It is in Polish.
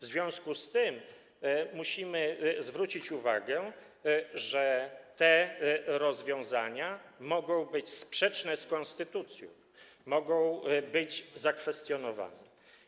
W związku z tym musimy zwrócić uwagę, że te rozwiązania mogą być sprzeczne z konstytucją, mogą być zakwestionowane.